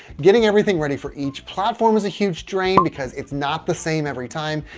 getting everything ready for each platform is a huge drain because it's not the same every time.